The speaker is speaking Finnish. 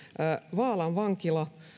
vaalan vankila